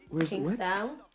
Kingstown